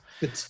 Good